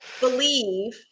believe